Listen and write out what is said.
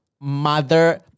Mother